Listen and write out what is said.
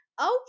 Okay